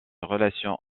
relations